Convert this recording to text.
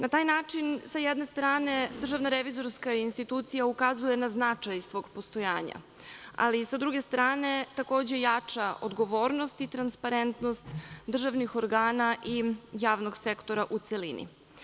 Na taj način sa jedne strane Državne revizorska institucija ukazuje na značaj svog postojanja, ali sa druge strane takođe jača odgovornost i transparentnost državnih organa i javnog sektora u celini.